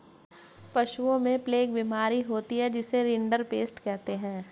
पशुओं में प्लेग बीमारी होती है जिसे रिंडरपेस्ट कहते हैं